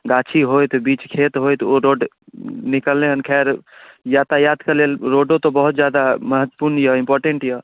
गाछी होयत बीच खेत होयत ओ रोड निकललै हन खैर यातायात के लेल रोडो तऽ बहुत जादा महत्वपूर्ण यऽ इम्पोर्टेन्ट यऽ